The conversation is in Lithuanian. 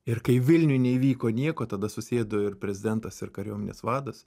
ir kai vilniuj neįvyko nieko tada susėdo ir prezidentas ir kariuomenės vadas